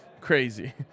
Crazy